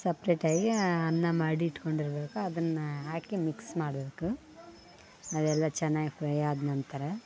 ಸಪ್ರೆಟಾಗಿ ಅನ್ನ ಮಾಡಿಟ್ಕೊಂಡಿರಬೇಕು ಅದನ್ನು ಹಾಕಿ ಮಿಕ್ಸ್ ಮಾಡಬೇಕು ಅದೆಲ್ಲ ಚೆನ್ನಾಗ್ ಫ್ರೈ ಆದ ನಂತರ